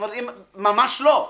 ממש לא.